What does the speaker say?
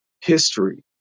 history